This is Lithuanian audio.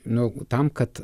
nu tam kad